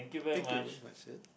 thank you very much sir